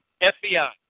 FBI